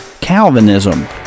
Calvinism